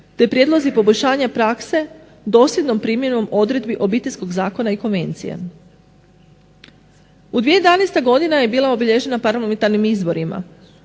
te prijedlozi poboljšanja prakse dosljednom primjenom odredbi Obiteljskog zakona i Konvencijama. 2011. godina je bila obilježena parlamentarnim izborima,